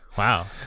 Wow